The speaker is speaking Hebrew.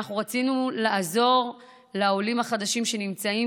אנחנו רצינו לעזור לעולים החדשים שנמצאים